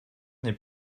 n’est